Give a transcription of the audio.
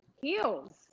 Heels